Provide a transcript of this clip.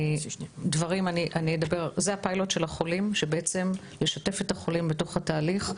זה הפיילוט של החולים שבעצם לשתף את החולים בתוך התהליך,